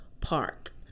park